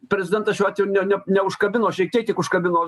prezidentas šiuo atveju ne neužkabino šiek tiek tik užkabino